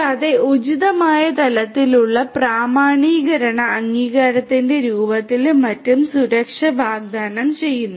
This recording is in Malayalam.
കൂടാതെ ഉചിതമായ തലത്തിലുള്ള പ്രാമാണീകരണ അംഗീകാരത്തിന്റെ രൂപത്തിലും മറ്റും സുരക്ഷ വാഗ്ദാനം ചെയ്യുന്നു